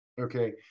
Okay